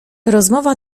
rozmowa